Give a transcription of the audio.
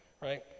right